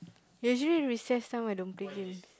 usually recess time I don't play games